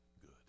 good